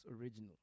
original